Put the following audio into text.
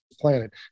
planet